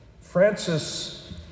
Francis